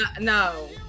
No